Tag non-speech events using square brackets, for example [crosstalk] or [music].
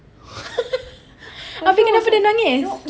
[laughs] abeh kenapa dia nangis